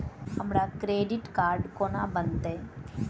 हमरा credit card कोना बनतै?